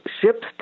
ships